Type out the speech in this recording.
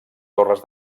torres